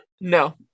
no